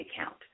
account